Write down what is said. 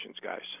guys